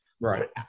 Right